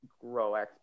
grow